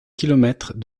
kilomètres